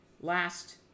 last